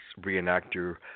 reenactor